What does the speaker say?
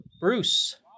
Bruce